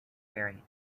berry